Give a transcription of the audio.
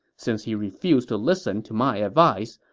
since he refused to listen to my advice,